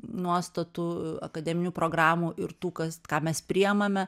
nuostatų akademinių programų ir tų kas ką mes priemame